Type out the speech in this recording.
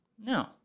No